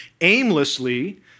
aimlessly